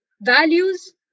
values